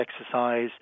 exercise